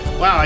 Wow